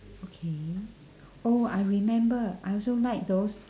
okay oh I remember I also like those